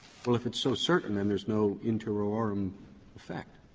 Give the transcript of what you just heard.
well, if it's so certain, then there's no in terrorem effect.